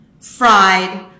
fried